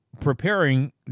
preparing